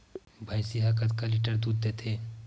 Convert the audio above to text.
भंइसी हा कतका लीटर दूध देथे?